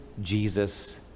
Jesus